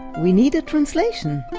we need a translation